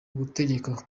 gutegeka